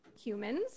humans